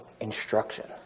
instruction